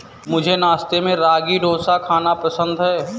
मुझे नाश्ते में रागी डोसा खाना पसंद है